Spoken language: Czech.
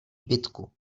bitku